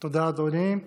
תודה, אדוני.